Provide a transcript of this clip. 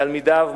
תלמידיו,